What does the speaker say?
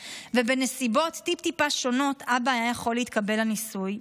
ובנסיבות טיפ-טיפה שונות אבא היה יכול להתקבל לניסוי.